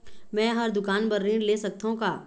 मैं हर दुकान बर ऋण ले सकथों का?